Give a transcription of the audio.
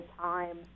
time